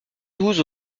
douze